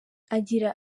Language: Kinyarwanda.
agira